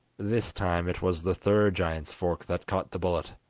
this time it was the third giant's fork that caught the bullet,